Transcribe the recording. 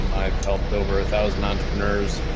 um i've helped over a thousand entrepreneurs,